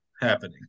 happening